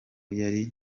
yari